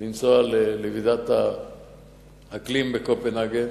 לנסוע לוועידת האקלים בקופנהגן,